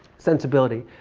sensibility.